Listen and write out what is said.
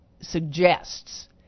suggests